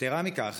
יתרה מזו,